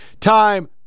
time